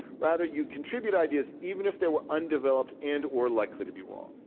rather you contribute ideas even if they were undeveloped and or likely to be wrong.